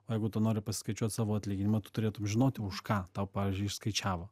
o jeigu tu nori pasiskaičiuot savo atlyginimą tu turėtum žinoti už ką tau pavyzdžiui išskaičiavo